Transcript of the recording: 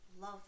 Love